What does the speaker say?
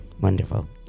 wonderful